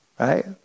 right